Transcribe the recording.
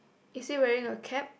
is he wearing a cap